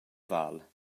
val